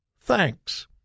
thanks